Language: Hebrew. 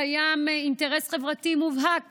קיים אינטרס חברתי מובהק